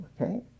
Okay